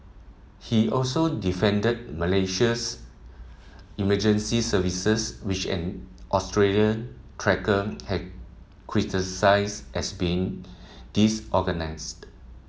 he also defended Malaysia's emergency services which an Australian trekker had criticised as being disorganised